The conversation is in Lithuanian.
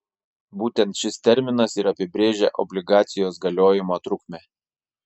būtent šis terminas ir apibrėžia obligacijos galiojimo trukmę